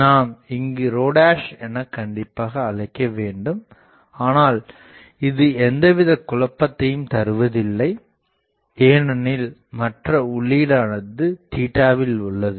நாம் இங்கு என நாம் கண்டிப்பாக அழைக்க வேண்டும் ஆனால் இது எந்த வித குழப்பத்தையும் தருவதில்லை ஏனெனில் மற்ற உள்ளீடானது வில் உள்ளது